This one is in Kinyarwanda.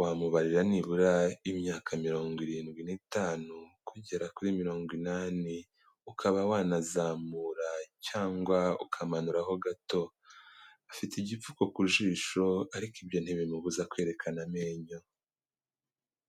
wamubarira nibura imyaka mirongo irindwi n'itanu kugera kuri mirongo inani, ukaba wanazamura cyangwa ukamanuraho gato, afite igipfu ku jisho ariko ibyo ntibimubuza kwerekana amenyo.